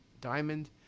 diamond